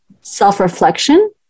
self-reflection